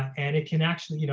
and it can actually, you know